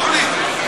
אורלי,